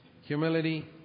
humility